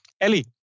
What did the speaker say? Ellie